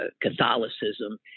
Catholicism